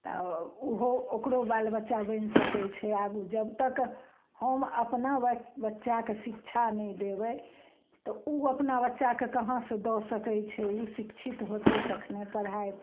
तऽ उहो ओकरो बाल बच्चा बनि सकय छै आगू जब तक हम अपना बच्चाके शिक्षा नहि देबय तऽ उ अपना बच्चाके कहाँसँ दऽ सकय छै उ शिक्षित होतय तखने पढ़ाइ